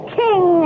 king